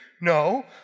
No